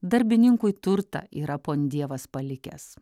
darbininkui turtą yra pon dievas palikęs